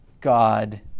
God